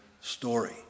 story